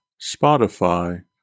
Spotify